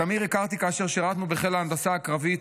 את אמיר הכרתי כאשר שירתנו בחיל ההנדסה הקרבית,